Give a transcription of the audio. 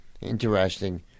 Interesting